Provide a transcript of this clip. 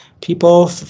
people